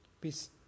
Peace